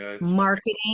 marketing